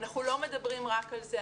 אנחנו לא מדברים רק על זה.